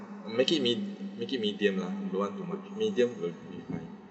make it me~ make it medium lah don't want too much medium will be fine